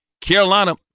Carolina